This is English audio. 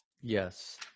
Yes